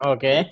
Okay